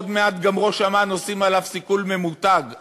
עוד מעט גם לראש אמ"ן עושים סיכול ממוקד.